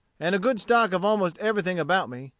and a good stock of almost everything about me,